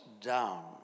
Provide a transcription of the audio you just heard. down